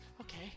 Okay